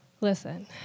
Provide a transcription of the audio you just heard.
Listen